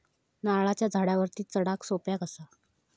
नारळाच्या झाडावरती चडाक सोप्या कसा?